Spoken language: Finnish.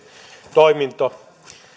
toiminto